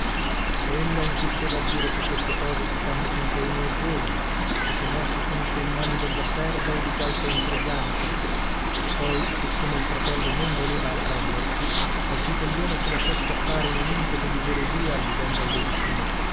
libertà ella insisteva a dire che queste cose si fanno finchè uno è giovane che se no si finisce in mano della serva o di qualche intrigante poi siccome il fratello non voleva arrendersi la zitellona si lasciò scappare in un impeto di gelosia alludendo alle vicine